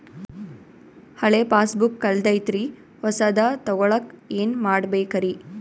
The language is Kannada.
ಹಳೆ ಪಾಸ್ಬುಕ್ ಕಲ್ದೈತ್ರಿ ಹೊಸದ ತಗೊಳಕ್ ಏನ್ ಮಾಡ್ಬೇಕರಿ?